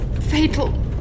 Fatal